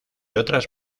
otras